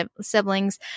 siblings